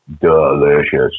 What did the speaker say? Delicious